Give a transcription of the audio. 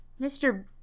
mr